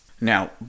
Now